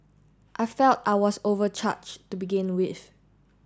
I felt I was overcharged to begin with